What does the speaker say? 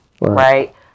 right